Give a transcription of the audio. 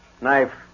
Knife